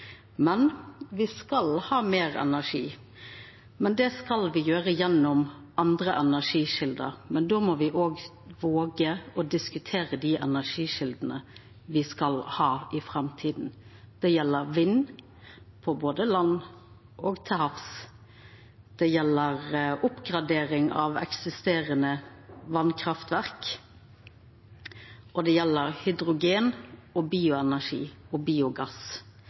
skal ha meir energi, men det skal me få gjennom andre energikjelder, og då må me våga å diskutera dei energikjeldene me skal ha i framtida. Det gjeld vind både på land og til havs. Det gjeld oppgradering av eksisterande vasskraftverk, og det gjeld hydrogen, bioenergi og biogass,